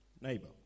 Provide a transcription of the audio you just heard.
neighbor